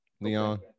Leon